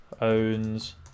owns